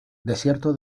desierto